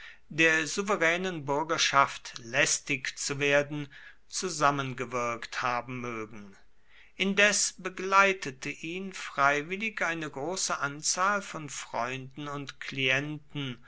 der souveränen bürgerschaft lästig zu werden zusammengewirkt haben mögen indes begleitete ihn freiwillig eine große anzahl von freunden und klienten